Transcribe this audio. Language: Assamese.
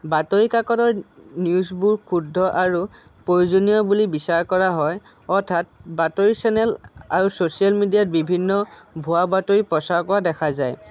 বাতৰি কাকতত নিউজবোৰ শুদ্ধ আৰু প্ৰয়োজনীয় বুলি বিচাৰ কৰা হয় অৰ্থাৎ বাতৰি চেনেল আৰু চ'চিয়েল মিডিয়াত বিভিন্ন ভুৱা বাতৰি প্ৰচাৰ কৰা দেখা যায়